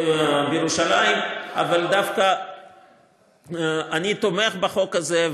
אבל דווקא אני תומך בחוק הזה,